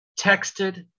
texted